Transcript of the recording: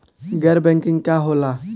गैर बैंकिंग का होला?